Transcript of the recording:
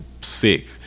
sick